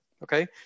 Okay